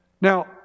Now